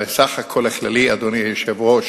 הרי בסך הכול הכללי, אדוני היושב-ראש,